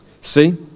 See